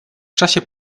czasie